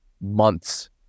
months